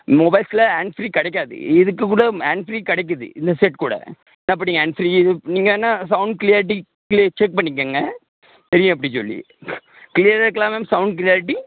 மொபைல்ஸில் ஆன்ஃப்ரீ கிடைக்காது இதுக்கு கூட ஆன்ஃப்ரீ கிடைக்கிது இந்த செட் கூட அப்படி ஆன்ஃப்ரீ நீங்கள் வேணுன்னா சவுண்ட் க்ளியாரிட்டி க்ளி செக் பண்ணிக்கங்க எது எப்படி சொல்லி க்ளியராக இருக்குல மேம் சவுண்ட் க்ளியாரிட்டி